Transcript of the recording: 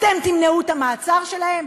אתם תמנעו את המעצר שלהם?